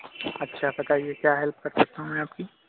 اچھا بتائیے کیا ہیلپ کر سکتا ہوں میں آپ کی